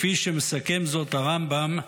מסכם זאת הרמב"ם,